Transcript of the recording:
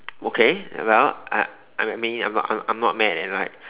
okay well I I mean I'm I'm not mad and like